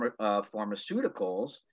pharmaceuticals